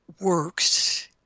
works